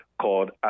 called